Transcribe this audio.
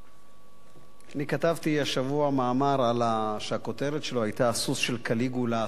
אני כתבתי השבוע מאמר שהכותרת שלו היתה "הסוס של קליגולה,